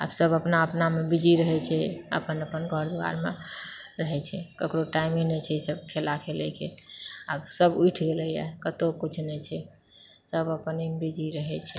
आब सभ अपना अपनामे बिजी रहैछै अपन अपन घरद्वारमे रहैछै ककरो टाइमे नहि छै ई सभ खेला खेलैके आब सब उठि गेलैहै कतहुँ किछु नहि छै सभ अपनेमे बिजी रहैत छै